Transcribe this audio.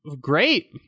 great